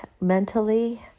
mentally